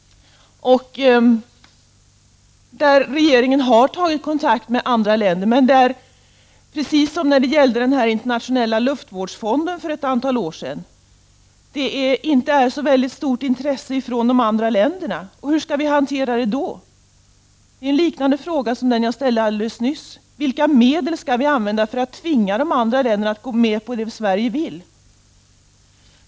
Regeringen har tagit kontakt med andra länder. Men det är precis som när det gällde internationella luftvårdsfonden för ett antal år sedan — det är inte så stort intresse från de andra länderna. Hur skall vi hantera det då? Jag har en liknande fråga som den jag ställde alldeles nyss. Vilka medel skall vi använda för att tvinga de andra länderna att gå med på det Sverige vill?